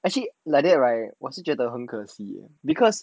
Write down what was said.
actually like that right 我是觉得很可惜 because